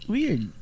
Weird